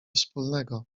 wspólnego